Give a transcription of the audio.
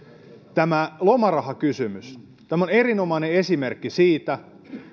tämä lomarahakysymys on erinomainen esimerkki siitä